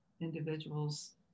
individuals